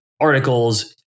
articles